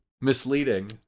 misleading